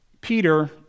Peter